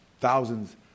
thousands